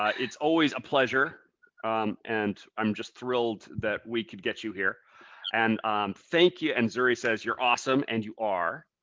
ah it's always a pleasure and i'm just thrilled that we could get you here and um thank you and zuri says you're awesome, and you are.